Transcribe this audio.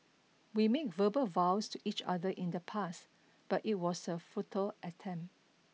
we made verbal vows to each other in the past but it was a futile attempt